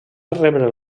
rebre